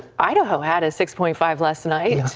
idaho had a six point five last night.